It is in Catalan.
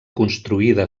construïda